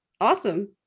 awesome